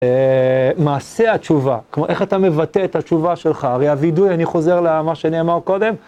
אהה... מעשה התשובה, כלומר איך אתה מבטא את התשובה שלך, הרי הווידוי, אני חוזר למה שנאמר קודם.